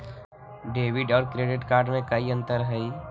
Debit और credit card में कई अंतर हई?